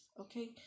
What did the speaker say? okay